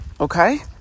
Okay